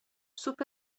سوپ